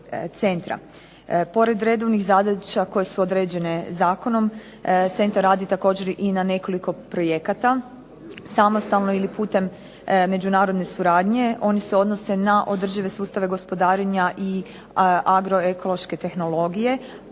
Pored redovnih zadaća koje su određene zakonom centar radi također i na nekoliko projekata samostalno ili putem međunarodne suradnje. Oni se odnose na održive sustave gospodarenja i agroekološke tehnologije,